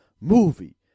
movie